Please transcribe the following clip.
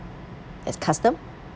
that's custom